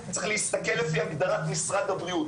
צריך להסתכל לפי הגדרת משרד הבריאות,